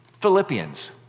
philippians